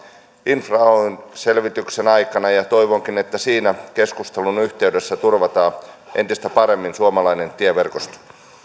infra oyn selvityksen aikana toivonkin että siinä keskustelun yhteydessä turvataan entistä paremmin suomalainen tieverkosto